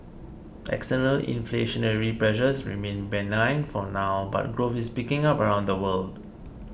external inflationary pressures remain benign for now but growth is picking up around the world